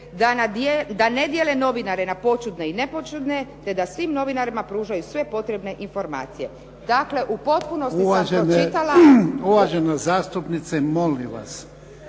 da ne dijele novinare na poćudne i nepoćudne, te da svim novinarima pružaju sve potrebne informacije." Dakle, u potpunosti sam pročitala. **Jarnjak, Ivan